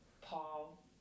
Paul